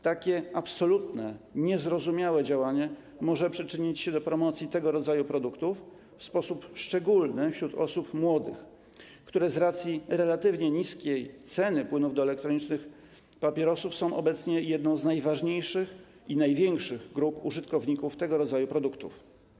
Takie absolutnie niezrozumiałe działanie może przyczynić się do promocji tego rodzaju produktów, w sposób szczególny wśród osób młodych, które z racji relatywnie niskiej ceny płynów do elektronicznych papierosów są obecnie jedną z najważniejszych i największych grup użytkowników tego rodzaju produktów.